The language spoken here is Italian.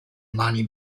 mani